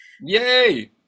yay